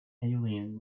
alien